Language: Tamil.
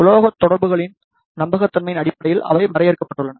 உலோக தொடர்புகளின் நம்பகத்தன்மையின் அடிப்படையில் அவை வரையறுக்கப்பட்டுள்ளன